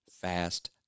fast